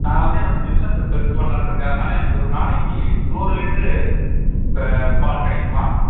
நான் வந்து என்னோடய பிசினஸை பெருசு பண்ணலான்னு இருக்கேன் அதனால் எனக்கு ஒரு நாளைக்கு நூறு லிட்ரு ப பால் கிடைக்குமா